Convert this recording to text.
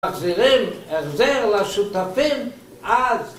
החזירים, החזיר לשותפים, אז!